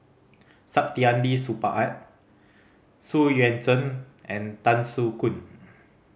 Saktiandi Supaat Xu Yuan Zhen and Tan Soo Khoon